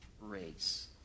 race